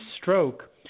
stroke